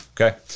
Okay